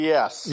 Yes